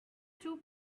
two